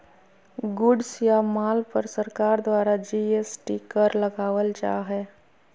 goods या माल पर सरकार द्वारा जी.एस.टी कर लगावल जा हय